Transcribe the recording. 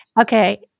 Okay